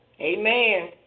Amen